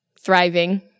thriving